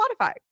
spotify